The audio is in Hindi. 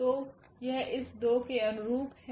तो यह इस 2 के अनुरूप है